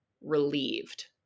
relieved